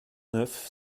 neuf